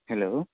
hello